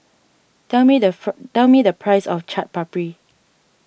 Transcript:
tell me the fur tell me the price of Chaat Papri